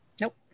Nope